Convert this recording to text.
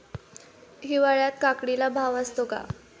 हिवाळ्यात काकडीला भाव असतो का?